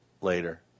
later